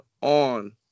on